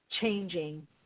changing